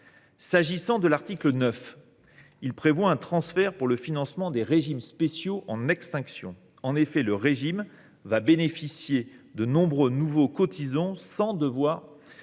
S’agissant de l’article 9, il prévoit un transfert pour le financement des régimes spéciaux en extinction. En effet, le régime bénéficiera de nombreux nouveaux cotisants sans devoir